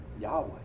Yahweh